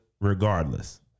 regardless